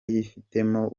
yifitemo